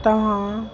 तव्हां